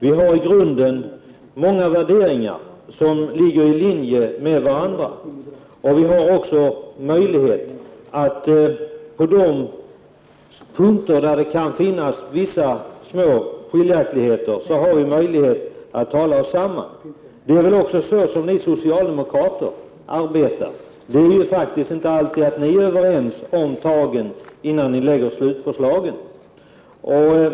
Vi har i grunden många värderingar som ligger i linje med varandra, och vi har också möjlighet att på de punkter där det kan finnas vissa små skiljaktigheter tala oss samman. Det är väl så ni socialdemokrater arbetar? Ni är ju inte alltid överens om tagen innan ni lägger fram slutförslagen.